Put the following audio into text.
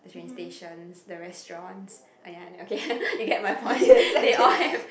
train stations the restaurants ah ya okay you get my point they all have